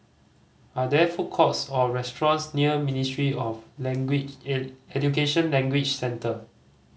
are there food courts or restaurants near Ministry of Language and Education Language Centre